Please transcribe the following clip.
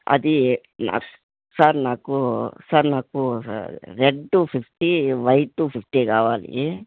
అది నా సార్ నాకు సార్ నాకు రెడ్ ఫిఫ్టీ వైట్ ఫిఫ్టీ కావాలి